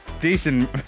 Decent